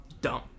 Dumb